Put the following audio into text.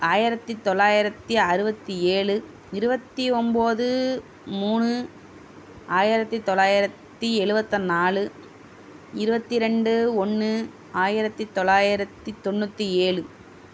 ஆயிரத்து தொளாயிரத்து அறுபத்தி ஏழு இருவத்து ஒம்பது மூணு ஆயிரத்து தொளாயிரத்து எழுபத்து நாலு இருபத்தி ரெண்டு ஒன்று ஆயிரத்து தொளாயிரத்து தொண்ணூற்றி ஏழு